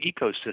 ecosystem